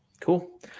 cool